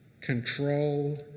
Control